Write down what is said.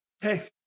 hey